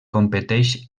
competeix